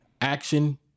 action